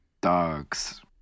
dogs